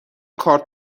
کارت